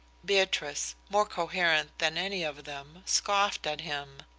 beatrice, more coherent than any of them, scoffed at him.